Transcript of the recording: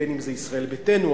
אם ישראל ביתנו,